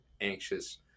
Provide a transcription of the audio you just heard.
anxious